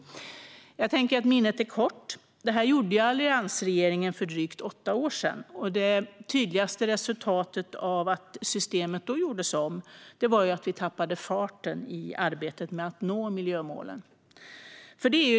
Jag tänker att minnet är kort. Detta gjorde alliansregeringen för drygt åtta år sedan, och det tydligaste resultatet av att systemet då gjordes om var att vi tappade farten i arbetet med att nå miljömålen.